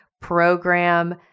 program